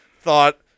thought